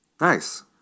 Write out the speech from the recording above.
Nice